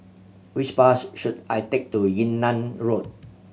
which bus should I take to Yunnan Road